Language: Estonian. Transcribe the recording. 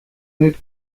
need